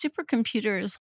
supercomputers